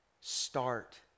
start